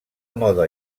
mode